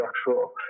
structural